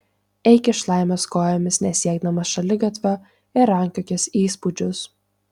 eik iš laimės kojomis nesiekdamas šaligatvio ir rankiokis įspūdžius